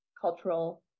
cultural